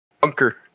Bunker